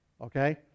Okay